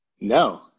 no